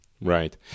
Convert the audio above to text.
Right